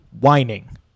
Whining